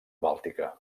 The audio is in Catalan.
bàltica